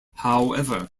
however